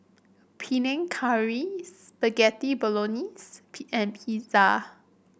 Panang Curry Spaghetti Bolognese P and Pizza